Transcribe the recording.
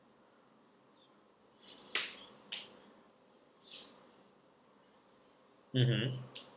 mmhmm